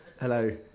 Hello